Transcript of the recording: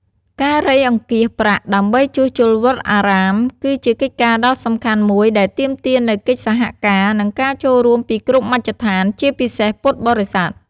ការរៃអង្គាសប្រាក់ដើម្បីជួសជុលវត្តអារាម គឺជាកិច្ចការដ៏សំខាន់មួយដែលទាមទារនូវកិច្ចសហការ និងការចូលរួមពីគ្រប់មជ្ឈដ្ឋាន ជាពិសេសពុទ្ធបរិស័ទ។